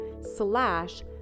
slash